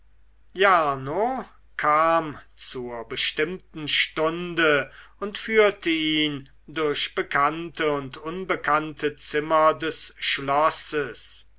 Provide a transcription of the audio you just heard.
jarno kam zur bestimmten stunde und führte ihn durch bekannte und unbekannte zimmer des schlosses